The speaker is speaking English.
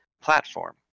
platform